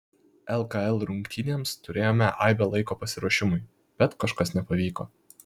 lkl rungtynėms turėjome aibę laiko pasiruošimui bet kažkas nepavyko